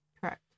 Correct